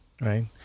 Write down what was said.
Right